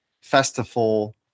festival